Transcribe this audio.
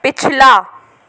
पिछला